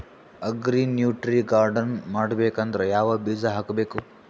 Agri nutri garden ಮಾಡಬೇಕಂದ್ರ ಯಾವ ಬೀಜ ಹಾಕಬೇಕು?